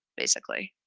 basically,